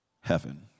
heaven